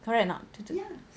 correct or not